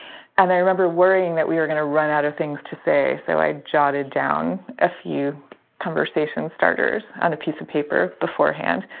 and i remember worrying that we were going to run out of things to say. so i jotted down a few conversation starters on a piece of paper beforehand.